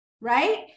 right